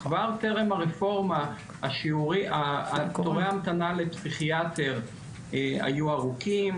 כבר טרם הרפורמה תורי המתנה לפסיכיאטר היו ארוכים,